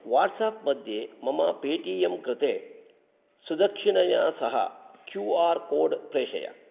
वाट्साप्मध्ये मम Paytm कृते सुदक्षिणया सह क्यू आर् कोड् प्रेषय